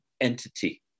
entity